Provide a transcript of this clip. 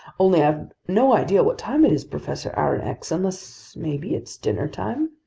only i've no idea what time it is, professor aronnax, unless maybe it's dinnertime?